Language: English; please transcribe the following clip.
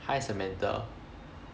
hi samantha